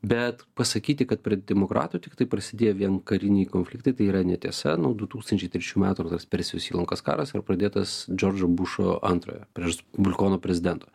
bet pasakyti kad prie demokratų tiktai prasidėjo vien kariniai konfliktai tai yra netiesa nuo du tūkstančiai trečių metras ir tas persijos įlankos karas ir pradėtas džordžo bušo antrojo prie respublikono prezidento